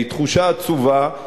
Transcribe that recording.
היא תחושה עצובה,